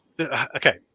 Okay